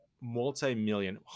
multi-million